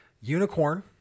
unicorn